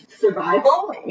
survival